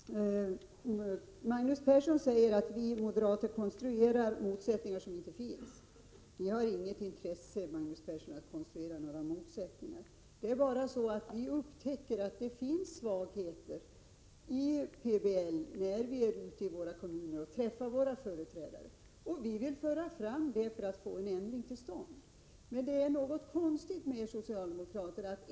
Herr talman! Magnus Persson säger att vi moderater konstruerar motsättningar som inte finns. Vi har inget intresse av att konstruera några motsättningar, Magnus Persson. Det är bara så att vi upptäcker att det finns svagheter i PBL när vi i kommunerna träffar våra företrädare, och vi vill föra fram detta för att få en ändring till stånd. Det är något konstigt med er socialdemokrater.